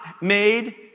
made